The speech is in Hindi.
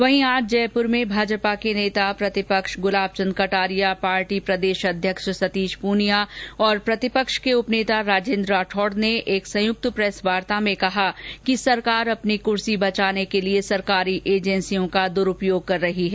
वहीं आज जयपुर में भाजपा के नेता प्रतिपक्ष गुलाब चंद कटारिया पार्टी प्रदेश अध्यक्ष सतीश पूनिया और प्रतिपक्ष के उपनेता राजेन्द्र राठौड़ ने एक संयुक्त प्रेसवार्ता में कहा कि सरकार अपनी कूर्सी बचाने के लिए सरकारी एजेंसियों का दुरूपयोग कर रही है